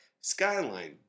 Skyline